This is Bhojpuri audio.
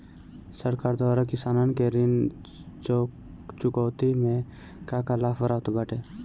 सरकार द्वारा किसानन के ऋण चुकौती में का का लाभ प्राप्त बाटे?